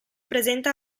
presenta